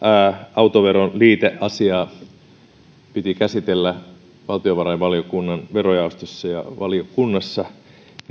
autoverolain liiteasiaa piti käsitellä valtiovarainvaliokunnan verojaostossa ja valiokunnassa